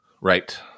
right